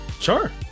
Sure